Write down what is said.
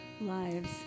lives